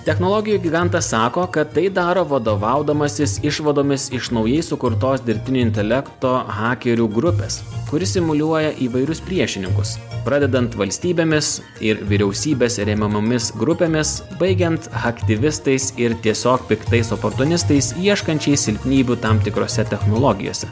technologijų gigantas sako kad tai daro vadovaudamasis išvadomis iš naujai sukurtos dirbtinio intelekto hakerių grupės kuri simuliuoja įvairius priešininkus pradedant valstybėmis ir vyriausybės remiamomis grupėmis baigiant aktyvistais ir tiesiog piktais oportunistais ieškančiais silpnybių tam tikrose technologijose